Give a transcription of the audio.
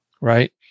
Right